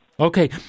Okay